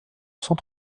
cent